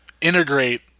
integrate